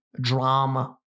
drama